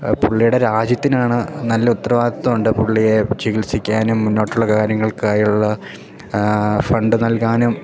പുള്ളിയുടെ രാജ്യത്തിനാണ് നല്ല ഉത്തരവാദിത്വം ഉണ്ട് പുള്ളിയെ ചികിത്സിക്കാനും മുന്നോട്ടുള്ള കാര്യങ്ങൾക്കായുള്ള ഫണ്ട് നൽകാനും